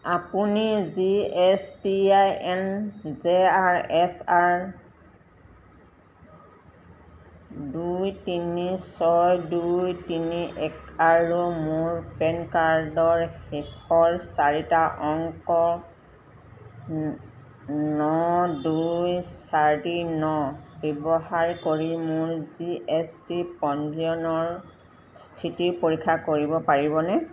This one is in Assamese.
আপুনি G S T I N J R S R দুই তিনি ছয় দুই তিনি এক আৰু মোৰ পেন কাৰ্ডৰ শেষৰ চাৰিটা অংক ন দুই চাৰি ন ব্যৱহাৰ কৰি মোৰ জি এছ টি পঞ্জীয়নৰ স্থিতি পৰীক্ষা কৰিব পাৰিবনে